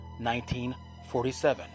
1947